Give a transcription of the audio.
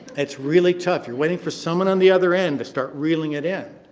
it's really tough. you're waiting for someone on the other end to start reeling it in.